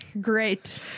Great